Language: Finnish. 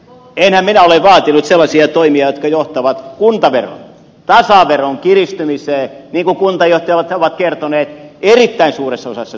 enhän mitä ole vaatinut sellaisia toimia jotka johtavat kuntaveron tasaveron kiristymiseen niin kuin kuntajohtajat ovat kertoneet erittäin suuressa osassa suomea